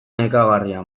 nekagarria